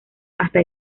hasta